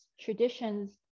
traditions